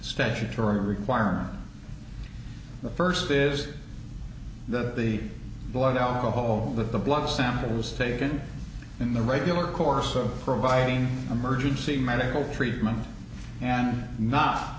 statutory requirement the first is that the blood alcohol the blood sample was taken in the regular course of providing emergency medical treatment and not